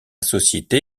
société